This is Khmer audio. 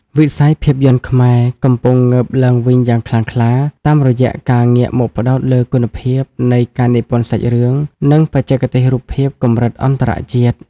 វិស័យភាពយន្តខ្មែរកំពុងងើបឡើងវិញយ៉ាងខ្លាំងក្លា តាមរយៈការងាកមកផ្តោតលើគុណភាពនៃការនិពន្ធសាច់រឿង និងបច្ចេកទេសរូបភាពកម្រិតអន្តរជាតិ។